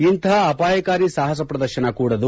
ಇಂತಪ ಅಪಾಯಕಾರಿ ಸಾಪಸ ಪ್ರದರ್ಶನ ಕೂಡದು